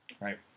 right